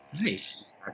Nice